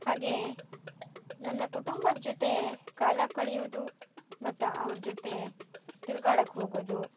ಹಾಗೇ ನನ್ನ ಕುಟುಂಬದ ಜೊತೇ ಕಾಲ ಕಳೆಯೋದು ಮತ್ತು ಅವ್ರ ಜೊತೆ ತಿರ್ಗಾಡೋಕ್ ಹೋಗೋದು